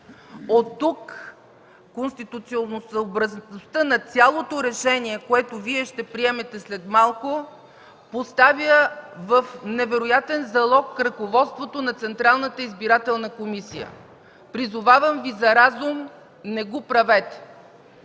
Оттук конституционносъобразността на цялото решение, което Вие ще приемете след малко, поставя в невероятен залог ръководството на Централната избирателна комисия. Призовавам Ви за разум, не го правете!